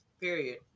Period